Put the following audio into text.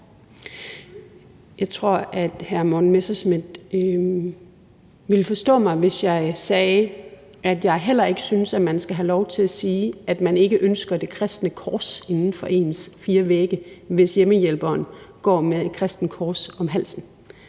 Jeg tror, at hr. Morten Messerschmidt ville forstå mig, hvis jeg sagde, at jeg heller ikke synes, at man skal lov til at sige, at man ikke ønsker det kristne kors inden for ens fire vægge, hvis hjemmehjælperen går med et kristent kors om halsen.